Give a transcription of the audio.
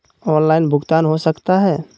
Online भुगतान हो सकता है?